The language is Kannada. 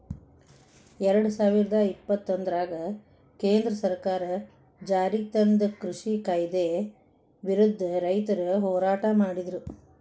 ಎರಡುಸಾವಿರದ ಇಪ್ಪತ್ತೊಂದರಾಗ ಕೇಂದ್ರ ಸರ್ಕಾರ ಜಾರಿಗೆತಂದ ಕೃಷಿ ಕಾಯ್ದೆ ವಿರುದ್ಧ ರೈತರು ಹೋರಾಟ ಮಾಡಿದ್ರು